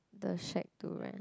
the shack to rent